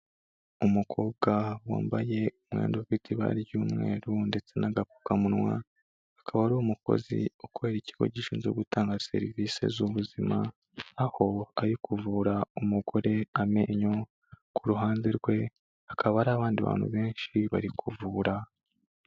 Umukobwa wambaye umwenda ufite ibara ry'umweru ndetse n'agapfukamunwa, akaba ari umukozi ukorera ikigo gishinzwe gutanga serivisi z'ubuzima, aho ari kuvura umugore amenyo, ku ruhande rwe hakaba hari abandi bantu benshi bari kuvura.